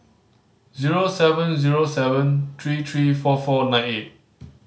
zero seven zero seven three three four four nine eight